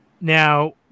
Now